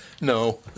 No